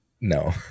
No